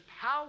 power